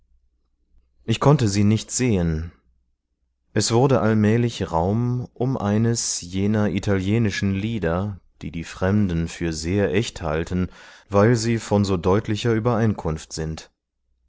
ich konnte sie nicht sehen es wurde allmählich raum um eines jener italienischen lieder die die fremden für sehr echt halten weil sie von so deutlicher übereinkunft sind